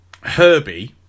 Herbie